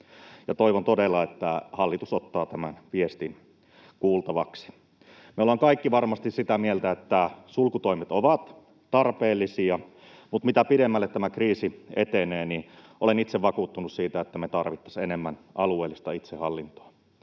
toivon todella, että hallitus ottaa tämän viestin kuultavaksi. Me kaikki ollaan varmasti sitä mieltä, että sulkutoimet ovat tarpeellisia, mutta mitä pidemmälle tämä kriisi etenee, sitä vakuuttuneempi itse olen siitä, että me tarvitsisimme enemmän alueellista itsehallintoa.